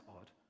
odd